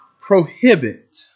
prohibit